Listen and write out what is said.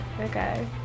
Okay